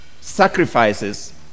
sacrifices